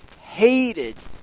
hated